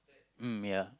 mm ya